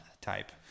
type